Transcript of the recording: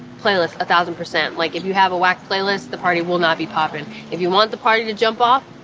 playlist, a thousand percent. like if you have a whack playlist, the party will not be popping. if you want the party to jump off,